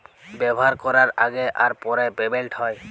ব্যাভার ক্যরার আগে আর পরে পেমেল্ট হ্যয়